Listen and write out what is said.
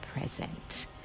present